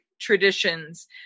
traditions